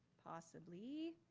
possibly,